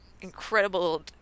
incredible